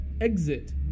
exit